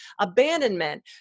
abandonment